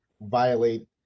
violate